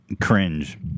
cringe